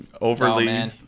overly